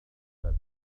that